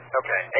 okay